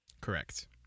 correct